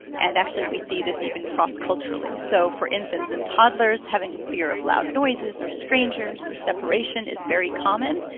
and actually, we see this even cross-culturally. so for infants and toddlers, having a fear of loud noises or strangers or separation is very common.